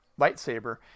lightsaber